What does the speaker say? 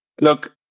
Look